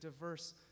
diverse